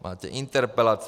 Máte interpelace.